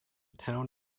town